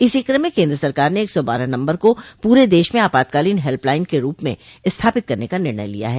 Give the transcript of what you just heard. इसी कम में केन्द्र सरकार ने एक सौ बारह नम्बर को पूरे देश में आपातकालीन हेल्प लाइन के रूप में स्थापित करने का निर्णय लिया है